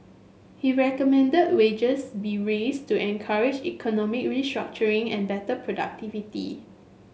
he recommended wages be raised to encourage economic restructuring and better productivity